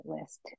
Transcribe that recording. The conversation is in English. list